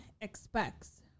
expects